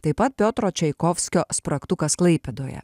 taip pat piotro čaikovskio spragtukas klaipėdoje